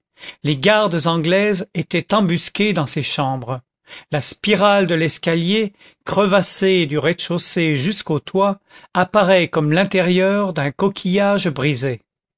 les gardes anglaises étaient embusquées dans ces chambres la spirale de l'escalier crevassé du rez-de-chaussée jusqu'au toit apparaît comme l'intérieur d'un coquillage brisé